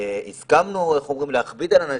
אם הסכמנו להכביד על אנשים,